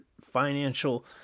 financial